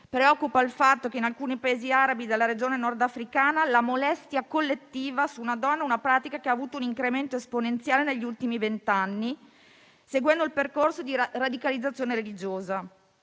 Preoccupa il fatto che in alcuni Paesi arabi della regione nordafricana la molestia collettiva su una donna sia una pratica che ha avuto un incremento esponenziale negli ultimi vent'anni, seguendo il percorso di radicalizzazione religiosa.